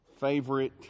favorite